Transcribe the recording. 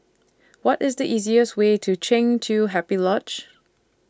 What IS The easiest Way to Kheng Chiu Happy Lodge